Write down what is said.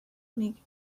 make